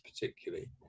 particularly